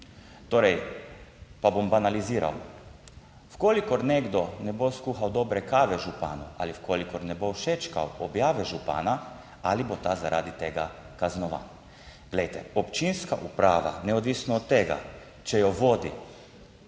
Torej, pa bom banaliziral v kolikor nekdo ne bo skuhal dobre kave županu ali v kolikor ne bo všečkal objave župana ali bo ta zaradi tega kaznovan. Glejte, občinska uprava neodvisno od tega, če jo vodi